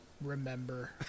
remember